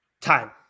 Time